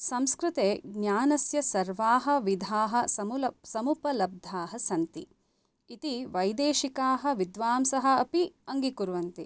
संस्कृते ज्ञानस्य सर्वाः विधाः समुल समुपलब्धाः सन्ति इति वैदिशिकाः विद्वांसः अपि अङ्गीकुर्वन्ति